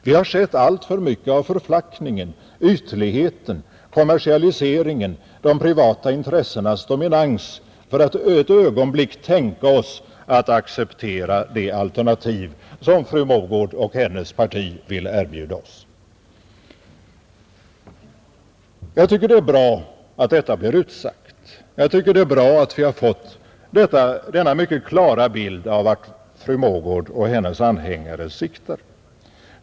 Vi har sett alltför mycket av förflackningen, ytligheten, kommersialiseringen och de privata intressenas dominans för att ett ögonblick tänka oss att acceptera det alternativ som fru Mogård och hennes parti vill erbjuda oss. Jag tycker att det är bra att detta blir utsagt. Jag tycker det är bra att vi fått denna klara bild av vart fru Mogård och hennes anhängare siktar.